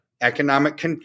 economic